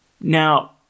Now